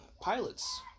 pilots